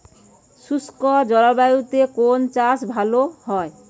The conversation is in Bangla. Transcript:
শুষ্ক জলবায়ুতে কোন চাষ ভালো হয়?